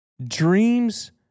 Dreams